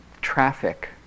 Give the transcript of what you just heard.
Traffic